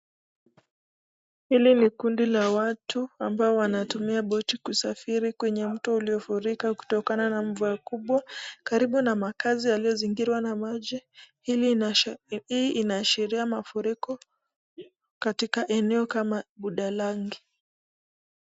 Hili ni kundi la watu ambao wanatumia boti kusafiri kwenye mto uliofurika kutokana na mvua kubwa karibu na mazingira iliyo na maji hii inash... Hii inaashiria mafuriko katika eneo kama budalangi.